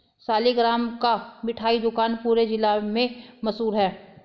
सालिगराम का मिठाई दुकान पूरे जिला में मशहूर है